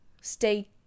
stay